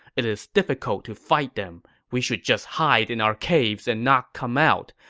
it is difficult to fight them. we should just hide in our caves and not come out,